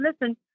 listen